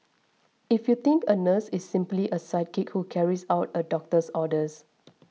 if you think a nurse is simply a sidekick who carries out a doctor's orders